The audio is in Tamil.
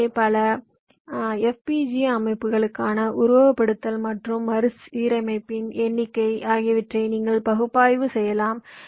எனவே பல FPGA அமைப்புகளுக்கான உருவகப்படுத்துதல் மற்றும் மறுசீரமைப்பின் எண்ணிக்கை ஆகியவற்றை நீங்கள் பகுப்பாய்வு செய்யலாம்